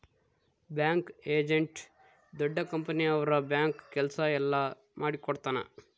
bank agent ದೊಡ್ಡ company ಅವ್ರ bank ಕೆಲ್ಸ ಎಲ್ಲ ಮಾಡಿಕೊಡ್ತನ